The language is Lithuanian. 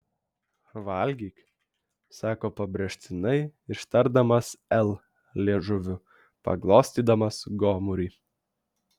valgyk sako pabrėžtinai ištardamas l liežuviu paglostydamas gomurį